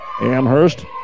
Amherst